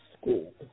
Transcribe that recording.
school